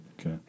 Okay